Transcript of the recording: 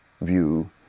view